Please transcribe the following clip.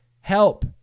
help